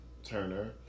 Turner